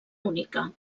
única